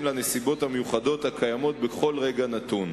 לנסיבות המיוחדות הקיימות בכל רגע נתון.